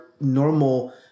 normal